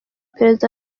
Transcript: perezida